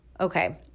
okay